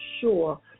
sure